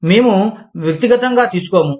మేము వ్యక్తిగతంగా తీసుకోము